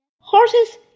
Horses